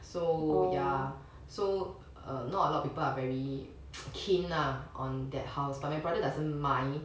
so ya so err not lot of people are very keen lah on that house but my brother doesn't mind